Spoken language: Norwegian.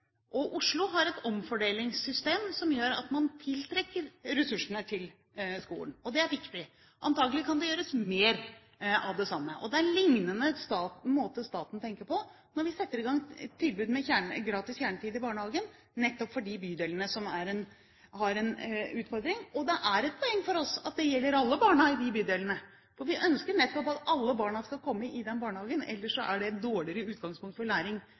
Oslo har et omfordelingssystem som gjør at man tiltrekker ressursene til skolen, og det er viktig. Antakelig kan det gjøres mer av det samme. Det er en lignende måte staten tenker på når vi setter i gang tilbud med gratis kjernetid i barnehagen, nettopp for de bydelene som har en utfordring. Og det er et poeng for oss at det gjelder alle barna i disse bydelene. Vi ønsker nettopp at alle barna skal komme i den barnehagen, ellers er det et dårligere utgangspunkt for læring